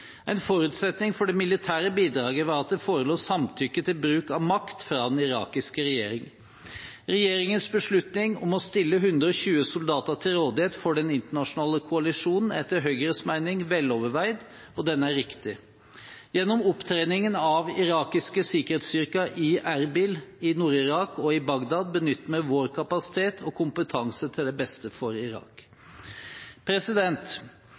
En forutsetning for det militære bidraget var at det forelå samtykke til bruk av makt fra den irakiske regjering. Regjeringens beslutning om å stille 120 soldater til rådighet for den internasjonale koalisjonen er etter Høyres mening veloverveid, og den er riktig. Gjennom opptreningen av irakiske sikkerhetsstyrker i Erbil i Nord-Irak og i Bagdad benytter vi vår kapasitet og kompetanse til det beste for